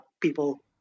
people